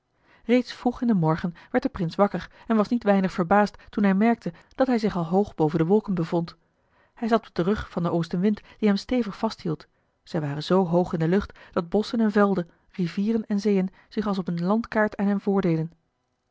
reeds vroeg in den morgen werd de prins wakker en was niet weinig verbaasd toen hij merkte dat hij zich al hoog boven de wolken bevond hij zat op den rug van den oostenwind die hem stevig vasthield zij waren zoo hoog in de lucht dat bosschen en velden rivieren en zeeën zich als op een landkaart aan hen voordeden